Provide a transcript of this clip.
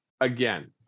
again